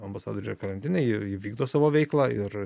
ambasadorė karantine ji vykdo savo veiklą ir